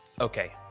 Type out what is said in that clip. Okay